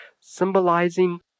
symbolizing